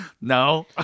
No